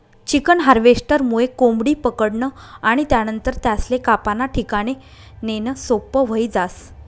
chicken हार्वेस्टरमुये कोंबडी पकडनं आणि त्यानंतर त्यासले कापाना ठिकाणे नेणं सोपं व्हयी जास